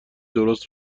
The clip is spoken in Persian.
درست